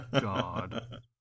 god